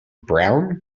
brown